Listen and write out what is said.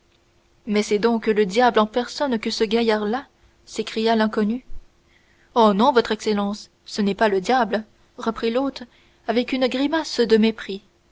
mais c'est donc le diable en personne que ce gaillard-là s'écria l'inconnu oh non votre excellence ce n'est pas le diable reprit l'hôte avec une grimace de mépris